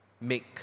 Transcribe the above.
make